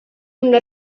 una